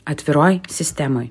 atviroj sistemoj